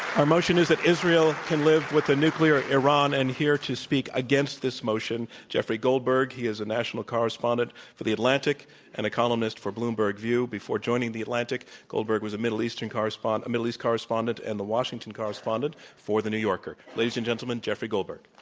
our motion is that israel can live with a nuclear iran, and here to speak against this motion, jeffrey goldberg. he is a national correspondent correspondent for the atlantic and a columnist for bloomberg view. before joining the atlantic, goldberg was a middle eastern a middle east correspondent and the washington correspondent for the new yorker. ladies and gentlemen, jeffrey goldberg.